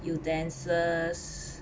utensils